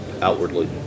outwardly